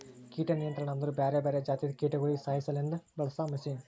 ಕೀಟ ನಿಯಂತ್ರಣ ಅಂದುರ್ ಬ್ಯಾರೆ ಬ್ಯಾರೆ ಜಾತಿದು ಕೀಟಗೊಳಿಗ್ ಸಾಯಿಸಾಸಲೆಂದ್ ಬಳಸ ಮಷೀನ್